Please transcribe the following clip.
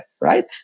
right